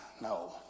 No